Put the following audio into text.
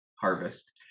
harvest